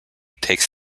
takes